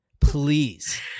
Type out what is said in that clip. Please